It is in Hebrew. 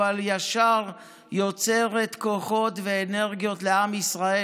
אבל ישר יוצרת כוחות ואנרגיות לעם ישראל.